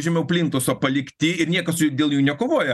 žemiau plintuso palikti ir niekas dėl jų nekovoja